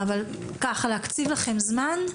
אני מבקשת להקציב לכם זמן,